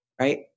Right